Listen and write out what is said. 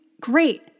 Great